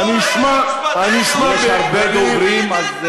יש הרבה רשומים כאן, שאמורים לדבר.